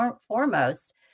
foremost